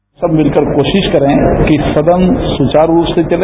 हम सब मिलकर कोशिश करें कि सदन सुचारू रूप से चले